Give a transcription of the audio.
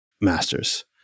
Masters